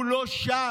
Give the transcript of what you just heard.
הוא לא שם.